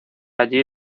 allí